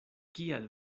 kial